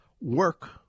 work